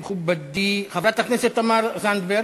חברת הכנסת תמר זנדברג,